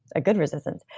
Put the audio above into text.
a good resistance.